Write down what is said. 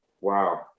Wow